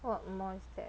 what mall is that